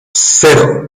cero